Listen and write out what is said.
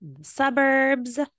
suburbs